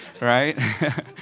right